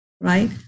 right